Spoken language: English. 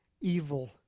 evil